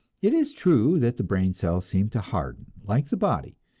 it is true that the brain-cells seem to harden like the body,